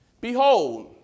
Behold